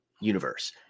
universe